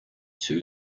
two